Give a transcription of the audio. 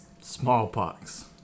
Smallpox